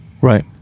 Right